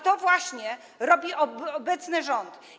To właśnie robi obecny rząd.